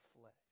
flesh